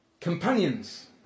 companions